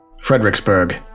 Fredericksburg